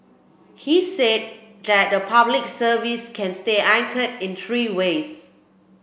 he said that the Public Service can stay anchored in three ways